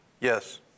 Yes